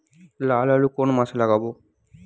লাল আলু কোন মাসে লাগাব?